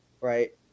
Right